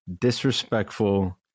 disrespectful